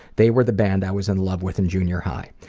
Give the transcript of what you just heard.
they were the band i was in love with in junior high.